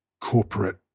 corporate